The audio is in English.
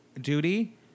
duty